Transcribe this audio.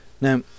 Now